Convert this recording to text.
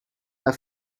are